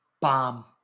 Bomb